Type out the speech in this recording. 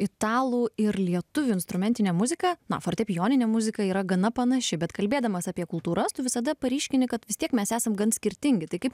italų ir lietuvių instrumentinė muzika na fortepijoninė muzika yra gana panaši bet kalbėdamas apie kultūras tu visada paryškini kad vis tiek mes esam gan skirtingi tai kaip